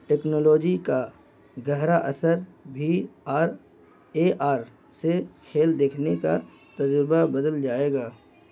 technology کا گہرا اثر بھی آر اے آر سے کھیل دیکھنے کا تجربہ بدل جائے گا